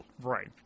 Right